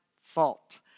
fault